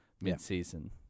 mid-season